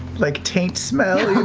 like taint smell,